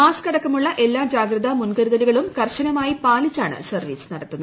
mask അടക്കമുള്ള എല്ലാ ജാഗ്രതാ മുൻകരുതലുകളും കർശനമായി പാലിച്ചാണ് സർവ്വീസ് നടത്തുന്നത്